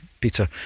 Peter